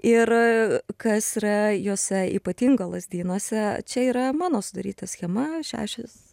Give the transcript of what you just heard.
ir kas yra juose ypatingo lazdynuose čia yra mano sudaryta schema šešios